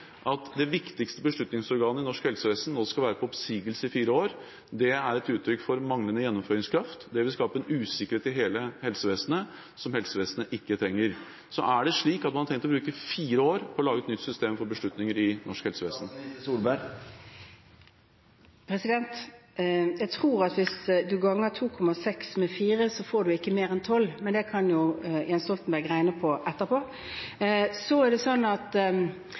at det viktigste beslutningsorganet i norsk helsevesen nå skal være på oppsigelse i fire år. Det er et uttrykk for manglende gjennomføringskraft. Det vil skape en usikkerhet i hele helsevesenet som helsevesenet ikke trenger. Er det slik at man har tenkt å bruke fire år på å lage et nytt system for beslutninger i norsk helsevesen? Jeg tror at hvis man ganger 2,6 med 4, får man ikke mer enn 12, men det kan jo Jens Stoltenberg regne på etterpå.